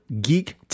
GEEK